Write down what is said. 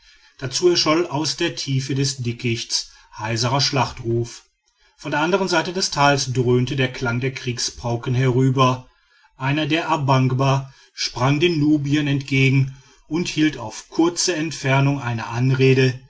dazu erscholl aus der tiefe des dickichts heiserer schlachtruf von der andern seite des tals dröhnte der klang der kriegspauken herüber einer der a bangba sprang den nubiern entgegen und hielt auf kurze entfernung eine anrede